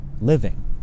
living